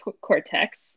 cortex